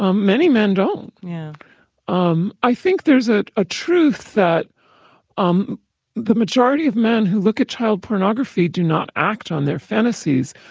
um many men don't yeah um i think there's a ah truth that um the majority of men who look at child pornography do not act on their fantasies.